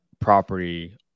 property